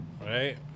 right